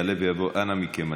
אנא מכם,